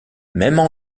mêmes